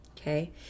Okay